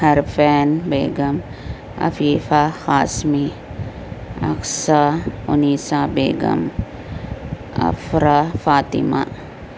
حرفین Begum Afifa Qasmi Aqsa Anisa Begum Afra Fatima